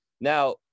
now